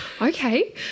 okay